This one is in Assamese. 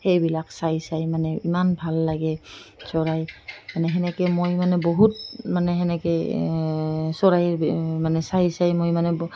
সেইবিলাক চাই চাই মানে ইমান ভাল লাগে চৰাই মানে সেনেকৈ মই মানে বহুত মানে সেনেকে চৰাই মানে চাই চাই মই মানে